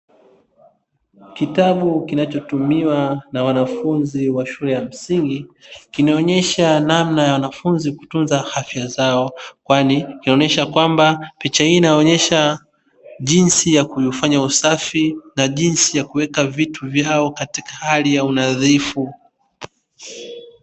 Kitabu kinachotumiwa na wanafunzi wa shule ya msingi, kinaonyesha namna ya wanafunzi kutunza afya zao; kwani kinaonyesha kwamba picha hii inaonyesha jinsi ya kufanya usafi na jinsi ya kuweka vitu vyao katika hali ya unadhifu.